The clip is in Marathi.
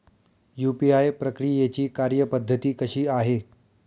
यू.पी.आय प्रक्रियेची कार्यपद्धती कशी आहे?